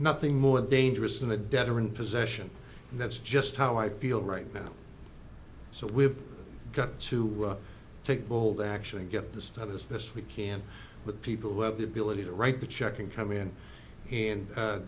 nothing more dangerous than a debtor in possession that's just how i feel right now so we've got to take bold action and get the status of this we can with people who have the ability to write the check and come in and